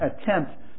attempt